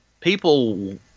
people